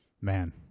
man